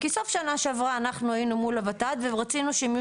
כי בסוף שנה שעברה אנחנו היינו מול הות"ת ורצינו שהם יהיו